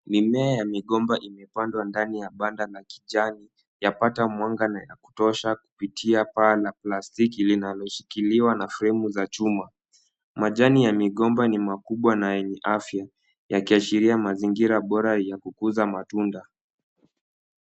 Mimea ya migomba imepandwa ndani ya banda la kijani, yapata mwanga na ya kutosha kupitia paa la plastiki, linaloshikiliwa na fremu za chuma. Majani ya migomba ni makubwa na yenye afya, yakiashiria mazingira bora ya kukuza matunda.